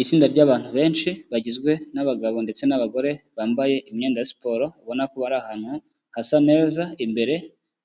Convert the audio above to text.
Itsinda ry'abantu benshi bagizwe n'abagabo ndetse n'abagore, bambaye imyenda ya siporo, ubona ko bari ahantu hasa neza, imbere